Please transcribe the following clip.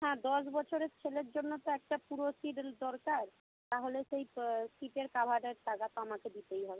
হ্যাঁ দশ বছরের ছেলের জন্য তো একটা পুরো সিটের দরকার তাহলে সেই সিটের কাভারের টাকা তো আমাকে দিতেই হবে